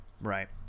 Right